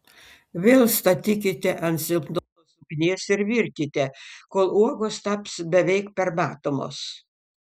vėl statykite ant silpnos ugnies ir virkite kol uogos taps beveik permatomos